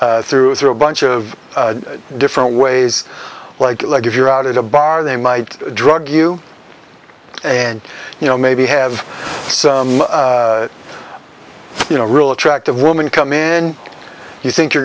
through through a bunch of different ways like like if you're out at a bar they might drug you and you know maybe have you know a real attractive woman come in and you think you're